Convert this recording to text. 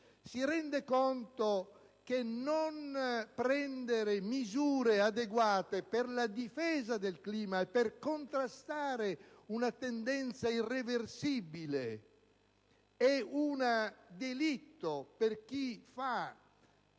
Si rende conto che non prendere misure adeguate per la difesa del clima e per contrastare una tendenza che appare irreversibile è un delitto proprio per chi